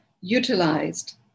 utilized